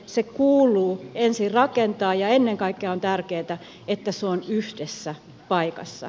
se kuuluu ensin rakentaa ja ennen kaikkea on tärkeätä että se on yhdessä paikassa